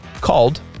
called